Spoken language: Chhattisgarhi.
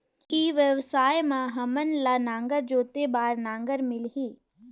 ई व्यवसाय मां हामन ला नागर जोते बार नागर मिलही?